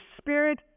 spirit